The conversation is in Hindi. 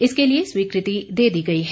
इसके लिए स्वीकृति दे दी गई है